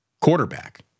quarterback